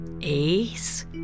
Ace